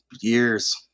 years